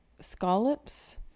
scallops